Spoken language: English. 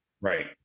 Right